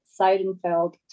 Seidenfeld